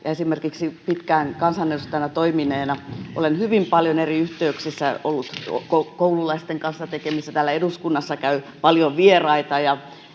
Esimerkiksi pitkään kansanedustajana toimineena olen hyvin paljon eri yhteyksissä ollut koululaisten kanssa tekemisissä: täällä eduskunnassa käy paljon vieraita